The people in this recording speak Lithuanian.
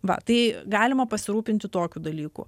va tai galima pasirūpinti tokiu dalyku